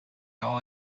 all